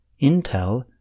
Intel